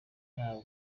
ntabwo